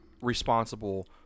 responsible